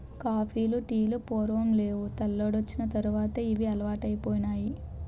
కాపీలు టీలు పూర్వం నేవు తెల్లోడొచ్చిన తర్వాతే ఇవి అలవాటైపోనాయి